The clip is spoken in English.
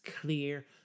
clear